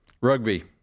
Rugby